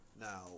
Now